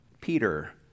Peter